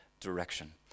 Direction